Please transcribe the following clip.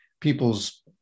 people's